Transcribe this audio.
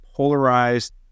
Polarized